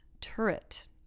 turret